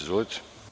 Izvolite.